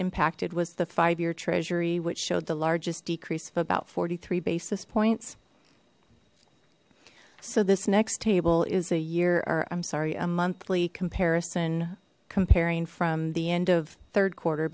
impacted was the five year treasury which showed the largest decrease of about forty three basis points so this next table is a year or i'm sorry a monthly comparison comparing from the end of third quarter